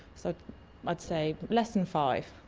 so i'd say less than five.